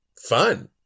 fun